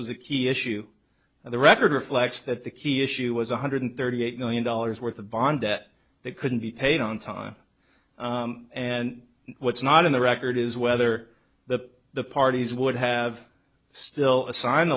was a key issue and the record reflects that the key issue was one hundred thirty eight million dollars worth of bond that they couldn't be paid on time and what's not in the record is whether the the parties would have still a sign